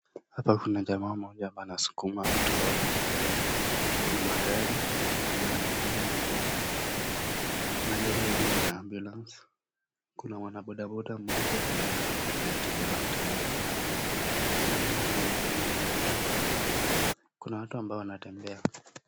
Hapa kuna jamaa mmoja anaskuma trolley , kuna magari ambayo yanakuja na kwanda ,kuna gari haina ambulance , kuna mwanabodaboda mmoja ambaye anatembea akibeba mteja, jamaa huyu amevalia viatu, kuna watu ambao tembea.